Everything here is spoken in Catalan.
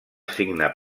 signar